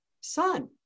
son